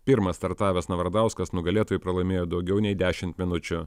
pirmas startavęs navardauskas nugalėtojui pralaimėjo daugiau nei dešimt minučių